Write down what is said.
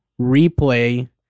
replay